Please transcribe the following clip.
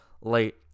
late